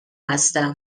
هستم